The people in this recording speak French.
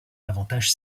avantage